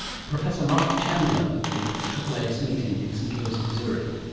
professor mark chandler at the aaas meeting in st. louis, missouri.